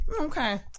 okay